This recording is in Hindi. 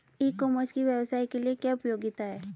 ई कॉमर्स की व्यवसाय के लिए क्या उपयोगिता है?